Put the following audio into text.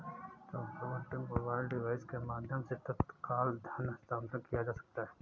चौबीसों घंटे mobile device के माध्यम से तत्काल धन हस्तांतरण किया जा सकता है